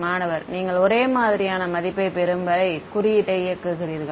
மாணவர் நீங்கள் ஒரே மாதிரியான மதிப்பைப் பெறும் வரை குறியீட்டை இயக்குகிறீர்கள்